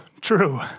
true